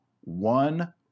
One